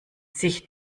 sich